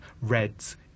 reds